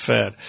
Fed